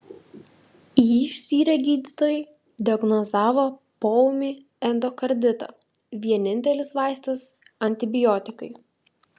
jį ištyrę gydytojai diagnozavo poūmį endokarditą vienintelis vaistas antibiotikai